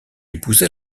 épousa